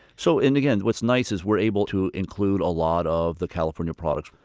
so and again, what's nice is we're able to include a lot of the california products.